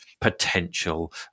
potential